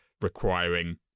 requiring